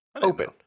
open